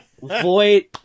void